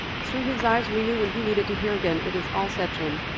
through his eyes, we knew when he needed to hear again, it is all set, jim.